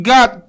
God